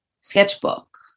sketchbook